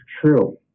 true